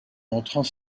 montrant